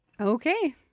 Okay